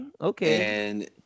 Okay